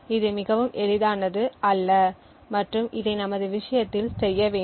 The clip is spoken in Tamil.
இது மிகவும் எளிதானது அல்ல மற்றும் இதை நமது விஷயத்தில் செய்ய வேண்டும்